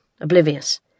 oblivious